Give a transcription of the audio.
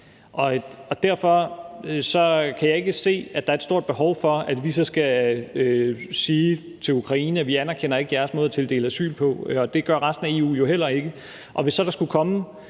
derfor kan jeg ikke se, at der er et stort behov for, at vi så skal sige til Ukraine, at vi ikke anerkender deres måde at tildele asyl på – det siger resten af EU jo heller ikke